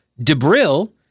debril